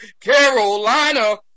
Carolina